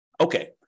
Okay